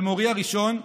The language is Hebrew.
למורי הראשון,